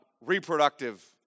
reproductive